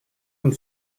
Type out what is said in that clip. and